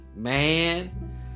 Man